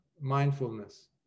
mindfulness